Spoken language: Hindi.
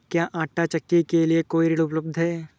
क्या आंटा चक्की के लिए कोई ऋण उपलब्ध है?